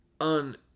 on